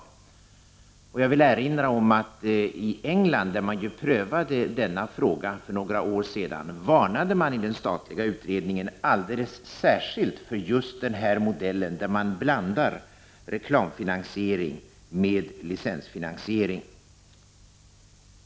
Jag vill erinra om att man i England, där man för några år sedan prövade denna fråga, i en statlig utredning varnat alldeles särskilt för just en sådan modell, som innebär att man blandar reklamfinansiering med licensfinansiering.